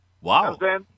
wow